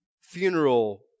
funeral